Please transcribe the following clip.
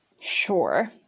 Sure